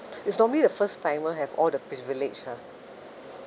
it's normally the first timer have all the privilege !huh!